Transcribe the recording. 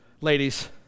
ladies